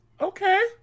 Okay